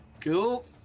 cool